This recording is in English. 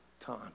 time